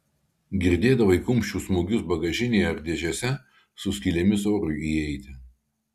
girdėdavai kumščių smūgius bagažinėje ar dėžėse su skylėmis orui įeiti